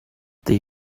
they